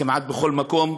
כמעט בכל מקום,